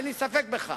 אין לי ספק בכך.